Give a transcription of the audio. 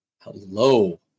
Hello